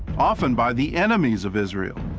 often by the enemies of israel.